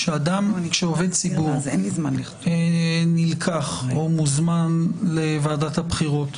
כשעובד ציבור נלקח או מוזמן לוועדת הבחירות,